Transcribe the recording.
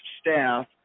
staff